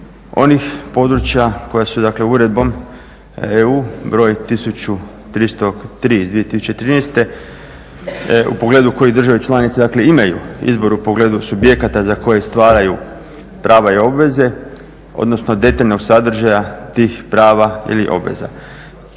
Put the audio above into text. onih područja koja su uredbom EU broj 1303/2013 u pogledu koje države članice imaju izbor u pogledu subjekata za koje stvaraju prava i obveze odnosno detaljnog sadržaja tih prava ili obveza.